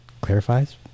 clarifies